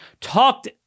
talked